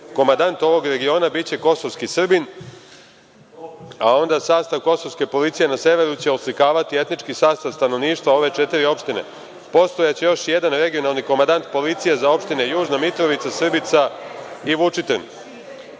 komandant ovog regiona biće kosovski Srbin, a onda, sastav kosovske policije na severu će oslikavati etnički sastav stanovništva ove četiri opštine. Postojaće još jedan regionalni komandant policije za opštine Južna Mitrovica, Srbica i Vučitrn.